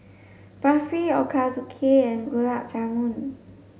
Barfi Ochazuke and Gulab Jamun